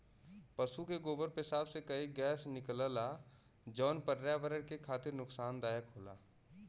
पसु के गोबर पेसाब से कई गैस निकलला जौन पर्यावरण के खातिर नुकसानदायक होला